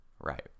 Right